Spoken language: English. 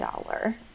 dollar